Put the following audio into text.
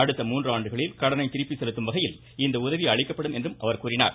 அடுத்த மூன்றாண்டுகளில் கடனை திருப்பி செலுத்து வகையில் இந்த உதவி அளிக்கப்படும் என்றார்